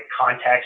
context